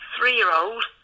three-year-old